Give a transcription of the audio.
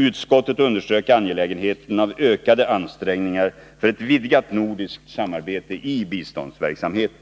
Utskottet underströk angelägenheten av ökade ansträngningar för ett vidgat nordiskt samarbete i biståndsverksamheten.